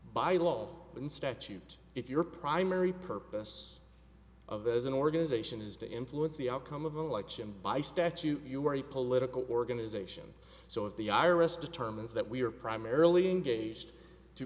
by law in statute if your primary purpose of as an organization is to influence the outcome of the election by statute you are a political organization so if the i r s determines that we are primarily engaged to